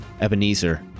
Ebenezer